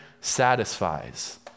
satisfies